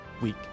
week